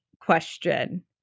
question